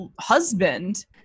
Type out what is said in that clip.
husband